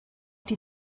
die